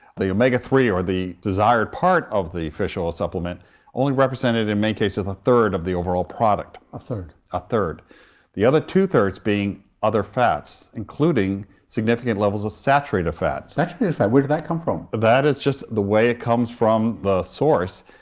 the omega three or the desired part of the fish oil supplement only represented in many cases a third of the overall product, the other two-thirds being other fats, including significant levels of saturated fat. saturated fat? where did that come from? that is just the way it comes from the source,